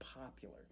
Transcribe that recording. popular